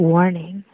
Warning